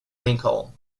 lincoln